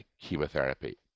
chemotherapy